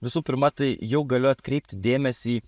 visų pirma tai jau galiu atkreipti dėmesį